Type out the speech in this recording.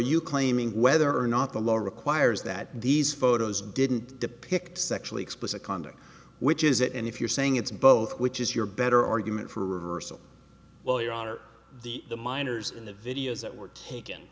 you claiming whether or not the law requires that these photos didn't depict sexually explicit conduct which is it and if you're saying it's both which is your better argument for reversal well your honor the the minors in the videos that were taken